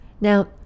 Now